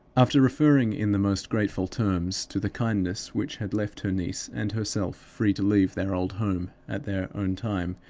after referring, in the most grateful terms, to the kindness which had left her niece and herself free to leave their old home at their own time,